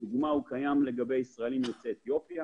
לדוגמה ישראלים יוצאי אתיופיה